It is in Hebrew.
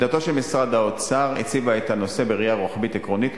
עמדתו של משרד האוצר הציבה את הנושא בראייה רוחבית עקרונית,